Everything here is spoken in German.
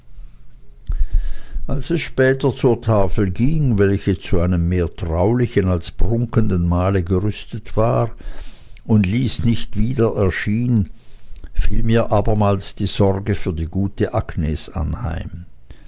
als es später zur tafel ging welche zu einem mehr traulichen als prunkenden mahle gerüstet war und lys nicht wieder erschien fiel mir abermals die sorge für die gute agnes anheim